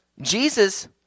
Jesus